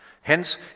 Hence